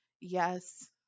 Yes